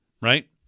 Right